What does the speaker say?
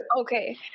okay